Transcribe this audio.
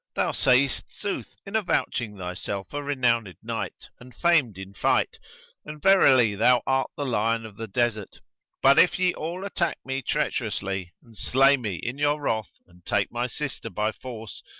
thou sayest sooth in avouching thyself a renowned knight and famed in fight and verily thou art the lion of the desert but if ye all attack me treacherously and slay me in your wrath and take my sister by force,